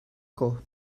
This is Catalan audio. cor